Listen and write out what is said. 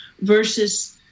versus